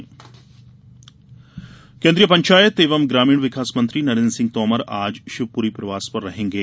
केन्द्रीय मंत्री केन्द्रीय पंचायत एवं ग्रामीण विकास मंत्री नरेन्द्र सिंह तोमर आज शिवपुरी प्रवास रहेंगे